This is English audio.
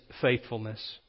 faithfulness